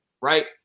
right